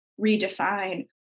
redefine